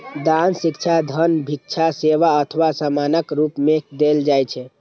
दान शिक्षा, धन, भिक्षा, सेवा अथवा सामानक रूप मे देल जाइ छै